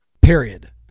Period